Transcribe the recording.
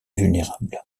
vulnérables